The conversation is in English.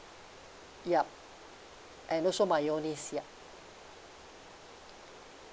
yup and also mayonnaise ya